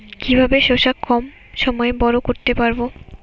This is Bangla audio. কিভাবে শশা কম সময়ে বড় করতে পারব?